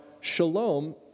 shalom